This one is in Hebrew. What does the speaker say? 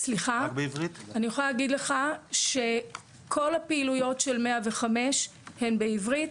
אני יכולה להגיד לך שכל הפעילויות של 105 הן בעברית,